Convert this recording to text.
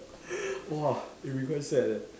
!wah! it'll be quite sad leh